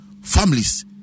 families